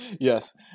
yes